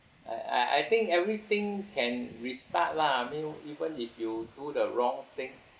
uh I I think everything can restart lah I mean even if you do the wrong thing